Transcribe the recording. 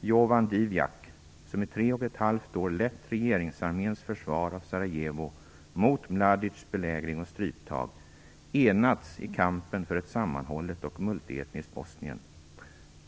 Jovan Divjak som i tre och ett halvt år lett regeringsarméns försvar av Sarajevo mot Mladics belägring och stryptag, enats i kampen för ett sammanhållet och multietniskt Bosnien.